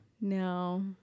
no